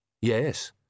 Yes